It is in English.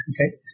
Okay